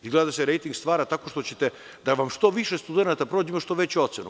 Izgleda da se rejting stvara tako što ćete da nam što više studenata prođe da ima što veću ocenu.